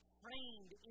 trained